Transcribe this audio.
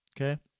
okay